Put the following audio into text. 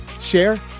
share